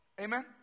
Amen